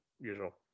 usual